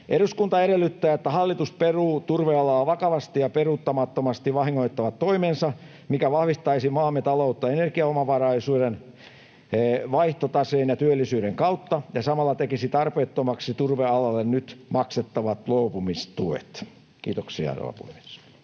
”Eduskunta edellyttää, että hallitus peruu turvealaa vakavasti ja peruuttamattomasti vahingoittavat toimensa, mikä vahvistaisi maamme taloutta energiaomavaraisuuden, vaihtotaseen ja työllisyyden kautta ja samalla tekisi tarpeettomaksi turvealalle nyt maksettavat luopumistuet.” — Kiitoksia, rouva